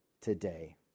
today